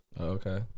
Okay